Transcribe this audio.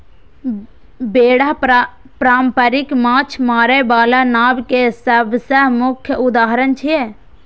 बेड़ा पारंपरिक माछ मारै बला नाव के सबसं मुख्य उदाहरण छियै